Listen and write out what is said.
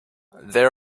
there